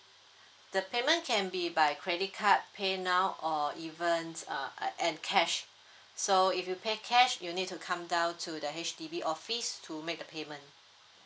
the payment can be by credit card paynow or even uh uh and cash so if you pay cash you need to come down to the H_D_B office to make the payment